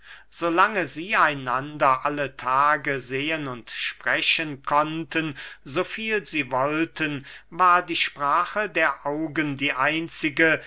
lange sie einander alle tage sehen und sprechen konnten so viel sie wollten war die sprache der augen die einzige